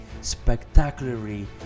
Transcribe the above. spectacularly